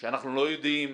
שאנחנו לא יודעים,